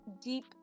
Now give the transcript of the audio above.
deep